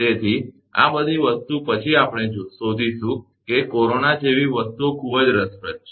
તેથી આ બધી વસ્તુ પછી આપણે શોધીશું કે કોરોના જેવી વસ્તુઓ ખૂબ જ રસપ્રદ છે